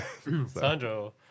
Sandro